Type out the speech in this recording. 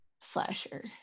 slasher